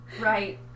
Right